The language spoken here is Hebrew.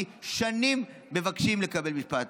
כי שנים מבקשים לקבל מבחן.